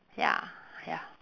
ya ya